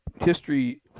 history